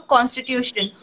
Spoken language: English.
Constitution